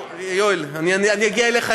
יואל, אני אגיע אליך.